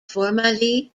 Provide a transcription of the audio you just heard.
formerly